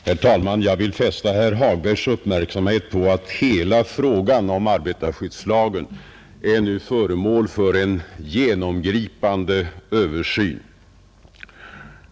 Herr talman! Jag vill fästa herr Hagbergs uppmärksamhet på att hela frågan om arbetarskyddslagen nu är föremål för en genomgripande översyn.